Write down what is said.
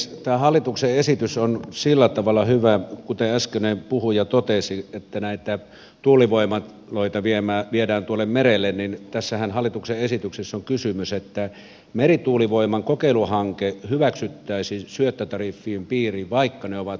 tämä hallituksen esitys on sillä tavalla hyvä kuten äskeinen puhuja totesi että kun näitä tuulivoimaloita viedään tuonne merelle niin tästähän hallituksen esityksessä on kysymys että merituulivoiman kokeiluhanke hyväksyttäisiin syöttötariffin piiriin vaikka se on saanut investointitukea